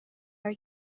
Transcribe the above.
are